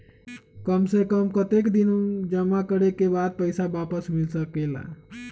काम से कम कतेक दिन जमा करें के बाद पैसा वापस मिल सकेला?